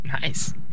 Nice